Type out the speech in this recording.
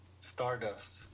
Stardust